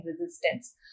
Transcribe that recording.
resistance